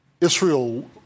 Israel